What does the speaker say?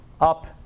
up